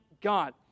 God